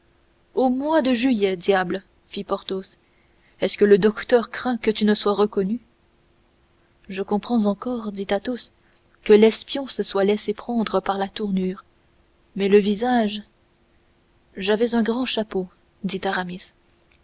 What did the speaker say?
au mois de juillet diable fit porthos est-ce que le docteur craint que tu ne sois reconnu je comprends encore dit athos que l'espion se soit laissé prendre par la tournure mais le visage j'avais un grand chapeau dit aramis